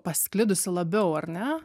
pasklidusi labiau ar ne